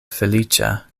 feliĉa